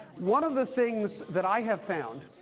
one of the things that i have found,